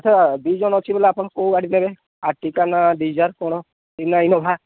ଆଚ୍ଛା ଦି ଜଣ ଅଛି ବୋଲେ ଆପଣ କୋଉ ଗାଡ଼ି ନେବେ ଆର୍ଟିକା ନା ଡିଜାର କ'ଣ ନା ଇନୋଭା